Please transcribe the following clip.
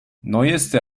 neueste